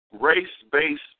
race-based